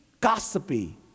gossipy